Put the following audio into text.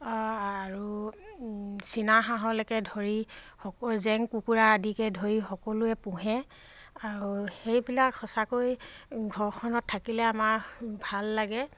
আৰু চীনাহাঁহলৈকে ধৰি সকলো জেং কুকুৰা আদিকে ধৰি সকলোৱে পোহে আৰু সেইবিলাক সঁচাকৈ ঘৰখনত থাকিলে আমাৰ ভাল লাগে